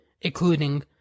Including